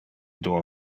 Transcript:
duo